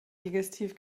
digestif